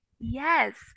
Yes